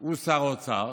הוא שר האוצר,